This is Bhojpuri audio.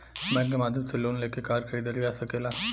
बैंक के माध्यम से लोन लेके कार खरीदल जा सकेला